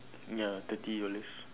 ya thirty dollars